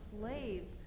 slaves